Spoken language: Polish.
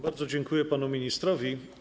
Bardzo dziękuję panu ministrowi.